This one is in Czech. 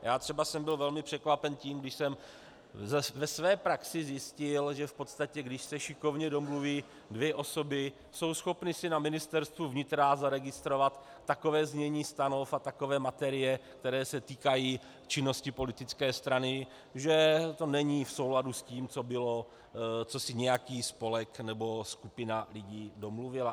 Já třeba jsem byl velmi překvapen tím, když jsem ve své praxi zjistil, že v podstatě když se šikovně domluví dvě osoby, jsou schopny si na Ministerstvu vnitra zaregistrovat takové znění stanov a takové materie, které se týkají činnosti politické strany, že to není v souladu s tím, co si nějaký spolek nebo skupina lidí domluvila.